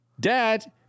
Dad